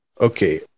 okay